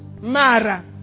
Mara